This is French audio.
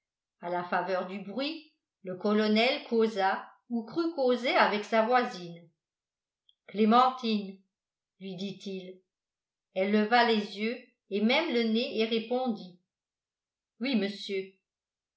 à la faveur du bruit le colonel causa ou crut causer avec sa voisine clémentine lui dit-il elle leva les yeux et même le nez et répondit oui monsieur